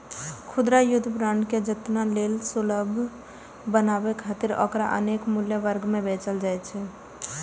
खुदरा युद्ध बांड के जनता लेल सुलभ बनाबै खातिर ओकरा अनेक मूल्य वर्ग मे बेचल जाइ छै